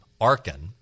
Arkin